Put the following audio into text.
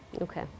Okay